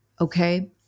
Okay